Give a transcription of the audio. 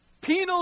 penal